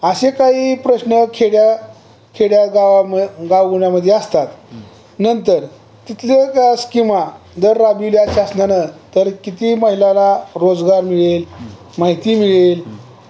असे काही प्रश्न खेड्या खेड्या गावां गावगुनामध्ये असतात नंतर तिथल्या त्या स्कीमा जर राबविल्या शासनानं तर किती महिलाला रोजगार मिळेल माहिती मिळेल